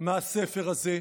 מהספר הזה,